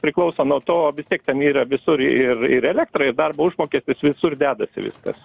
priklauso nuo to vis tiek ten yra visur ir ir elektra ir darbo užmokestis visur dedasi viskas